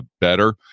better